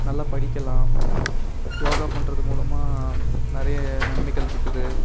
நல்லா படிக்கலாம் யோகா பண்ணுறது மூலமாக நிறைய நன்மைகள் இருக்குது